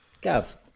Gav